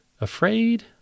Afraid